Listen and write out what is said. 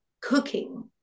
cooking